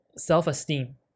self-esteem